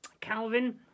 Calvin